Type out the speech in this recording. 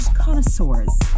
connoisseurs